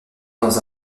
dans